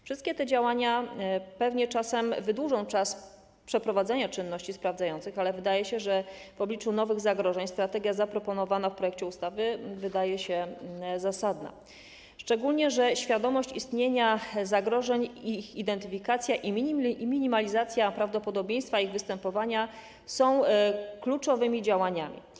Wszystkie te działania pewnie wydłużą czas przeprowadzenia czynności sprawdzających, ale wydaje się, że w obliczu nowych zagrożeń strategia zaproponowana w projekcie ustawy wydaje się zasadna, szczególnie że świadomość istnienia zagrożeń, ich identyfikacja i minimalizacja prawdopodobieństwa ich występowania są kluczowymi działaniami.